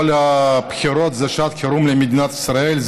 כל בחירות זה שעת חירום למדינת ישראל.